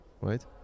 right